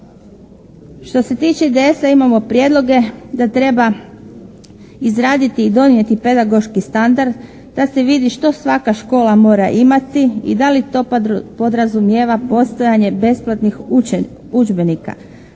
Što se tiče IDS-a imamo prijedloge da treba izraditi i donijeti pedagoški standard da se vidi što svaka škola mora imati i da li to podrazumijeva postojanje besplatnih udžbenika,